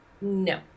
no